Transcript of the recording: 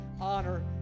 honor